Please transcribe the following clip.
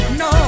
no